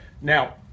Now